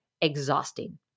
exhausting